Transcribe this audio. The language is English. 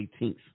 18th